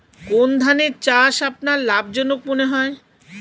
কোন ধানের চাষ আপনার লাভজনক মনে হয়?